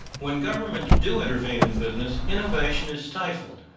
when governments do intervene in business, innovation is stifled.